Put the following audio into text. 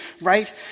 right